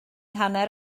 hanner